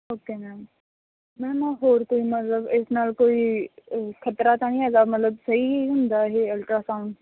okay ma'am ma'am ਹੋਰ ਕੋਈ ਮਤਲਬ ਇਸ ਨਾਲ ਕੋਈ ਖਤਰਾ ਤਾਂ ਨਹੀਂ ਹੈਗਾ ਮਤਲਬ ਸਹੀ ਹੁੰਦਾ ਇਹ ਅਲਟ੍ਰਾਸਾਊਂਡ